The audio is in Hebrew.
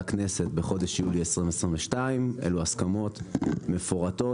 הכנסת בחודש יולי 2022 אלו הסכמות מפורטות.